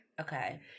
Okay